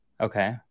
Okay